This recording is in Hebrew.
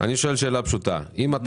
אם אתה